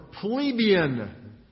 plebeian